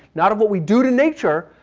not of what we do to nature,